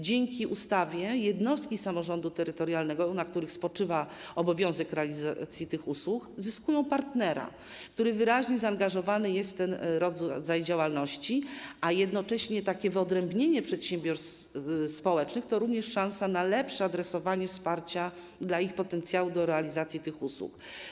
Dzięki tej ustawie jednostki samorządu terytorialnego, na których spoczywa obowiązek realizacji tych usług, zyskują partnera, który jest wyraźnie zaangażowany w ten rodzaj działalności, a jednocześnie takie wyodrębnienie przedsiębiorstw społecznych to szansa również na lepsze adresowanie wsparcia ich potencjału w kwestii realizacji tych usług.